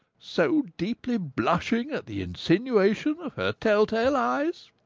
so deeply blushing at the insinuations of her tell-tale eyes!